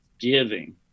giving